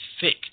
thick